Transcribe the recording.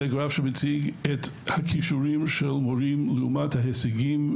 זה גרף שמציג את הכישורים של מורים לעומת ההישגים,